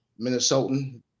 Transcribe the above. Minnesotan